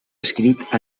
escrit